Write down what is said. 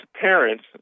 parents